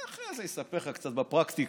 יספר לך קצת בפרקטיקה.